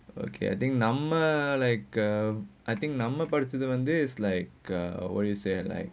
okay I think number like uh I think number நம்மே படிச்சதே வந்து:nammae padhichathae vanthu is like uh what do you say like